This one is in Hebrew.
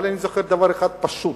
אבל אני זוכר דבר אחד פשוט: